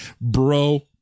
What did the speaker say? Bro